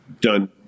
done